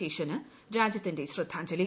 ശേഷന് രാജ്യത്തിന്റെ ശ്രദ്ധാഞ്ജലി